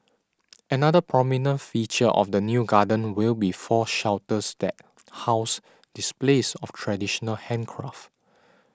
another prominent feature of the new garden will be four shelters that house displays of traditional handicraft